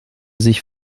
sich